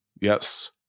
Yes